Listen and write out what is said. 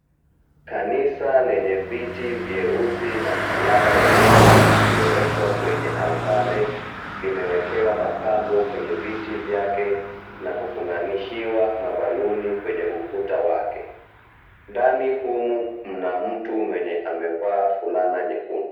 Kanisa lenye viti vyeusi na msalaba wa yesu uliowekwa kwenye altare limewekewa mapambo kwenye viti vyake na kufunganishiwa mabaluni kwenye ukuta wake. Ndani humu mna mtu mwenye amevaa fulana nyekundu.